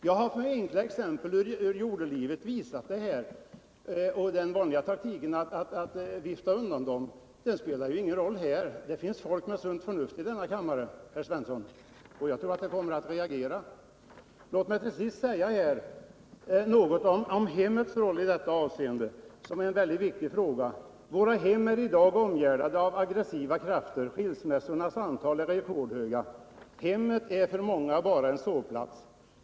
Jag har med exempel ur jordelivet visat detta, men Jörn Svensson använder den vanliga taktiken att vifta undan dem. Det hjälper inte här — det finns människor med sunt förnuft i denna kammare, och jag tror att de kommer att reagera. Låt mig också säga något om hemmets roll i detta avseende. Våra hem är i dag omgivna av aggressiva krafter. Skilsmässornas antal är rekordhögt. Hemmet är för många bara en sovplats.